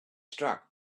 struck